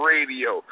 Radio